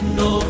no